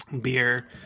beer